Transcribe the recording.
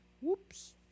Whoops